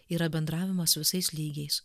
yra bendravimas visais lygiais